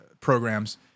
programs